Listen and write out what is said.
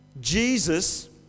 Jesus